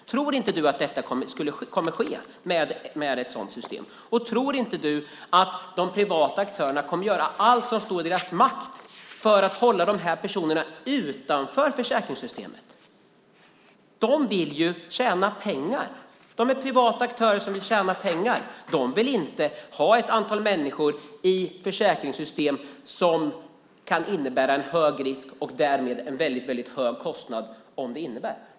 Tror inte du inte att detta kommer att ske med ett sådant system? Tror inte du att de privata aktörerna kommer att göra allt som står i deras makt för att hålla dessa personer utanför försäkringssystemet? De vill ju tjäna pengar. De är privata aktörer som vill tjäna pengar. De vill inte ha ett antal människor som kan innebära en hög risk och därmed en hög kostnad i sina försäkringssystem.